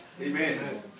Amen